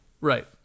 Right